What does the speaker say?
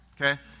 okay